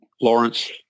Lawrence